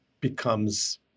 becomes